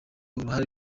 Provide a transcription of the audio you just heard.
uruhare